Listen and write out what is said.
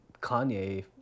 Kanye